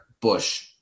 Bush